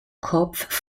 kopf